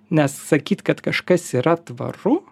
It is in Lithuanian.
nes sakyt kad kažkas yra tvaru